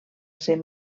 ser